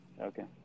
okay